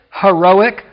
heroic